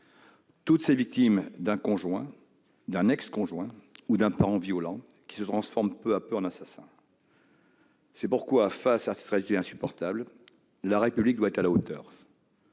toutes ces victimes d'un conjoint, d'un ex-conjoint ou d'un parent violent, qui se transforme peu à peu en assassin. C'est pourquoi, face à cette réalité insupportable, la République doit être à la hauteur.